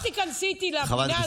אל תיכנסי איתי לפינה הזאת,